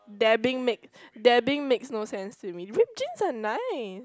dabbing make dabbing makes no sense to me ripped jeans are nice